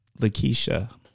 Lakeisha